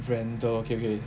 rendall okay okay